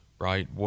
right